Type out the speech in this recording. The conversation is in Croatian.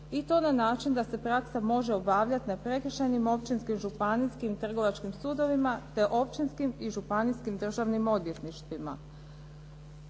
i to na način da se praksa može obavljati na prekršajnim, općinskim, županijskim, trgovačkim sudovima, te općinskim i županijskim državnim odvjetništvima.